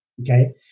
Okay